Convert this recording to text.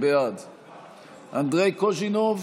בעד אנדרי קוז'ינוב,